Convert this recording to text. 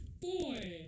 Boy